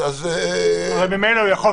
אז --- ממילא הוא יכול,